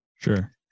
Sure